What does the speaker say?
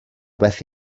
beth